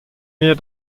wir